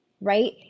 right